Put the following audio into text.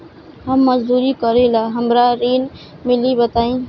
हम मजदूरी करीले हमरा ऋण मिली बताई?